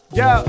yo